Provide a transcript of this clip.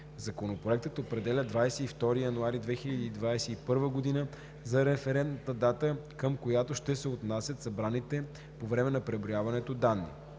Законопроектът определя 22 януари 2021 г. за референтната дата, към която ще се отнасят данните, събрани по време на преброяването.